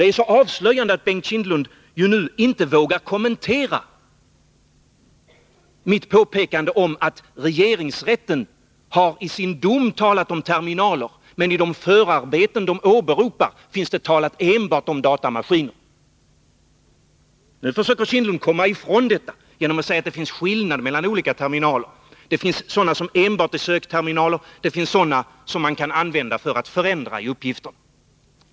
Det är avslöjande att Bengt Kindbom nu inte vågar kommentera mitt påpekande om att regeringsrätten i sin dom har talat om terminaler, medan de förarbeten man åberopar endast talar om datamaskiner. Nu försöker Kindbom komma ifrån detta genom att säga att det finns skillnader mellan olika terminaler. Det finns sådana som enbart är sökterminaler och sådana som man kan använda för att ändra i uppgifterna.